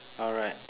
alright